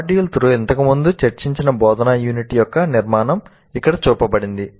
module 2 లో ఇంతకుముందు చర్చించిన బోధనా యూనిట్ యొక్క నిర్మాణం ఇక్కడ చూపబడింది